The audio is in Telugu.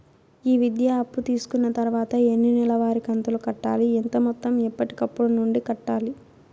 ఈ విద్యా అప్పు తీసుకున్న తర్వాత ఎన్ని నెలవారి కంతులు కట్టాలి? ఎంత మొత్తం ఎప్పటికప్పుడు నుండి కట్టాలి?